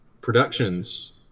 productions